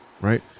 Right